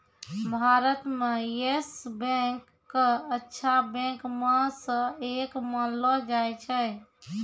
भारत म येस बैंक क अच्छा बैंक म स एक मानलो जाय छै